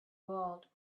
world